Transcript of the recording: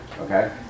Okay